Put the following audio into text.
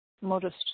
modest